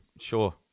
Sure